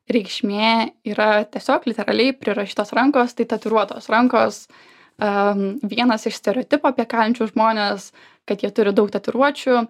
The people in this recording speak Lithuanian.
reikšmė yra tiesiog literaliai prirašytos rankos tai tatuiruotos rankos am vienas iš stereotipų apie kalinčius žmones kad jie turi daug tatuiruočių